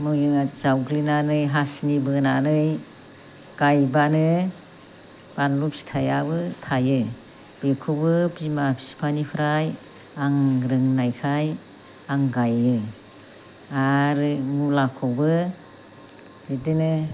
मोजां जावग्लिनानै हासिनि बोनानै गायबानो बानलु फिथाइयाबो थाइयो बेखौबो बिमा बिफानिफ्राय आं रोंनायखाय आं गायो आरो मुलाखौबो बिदिनो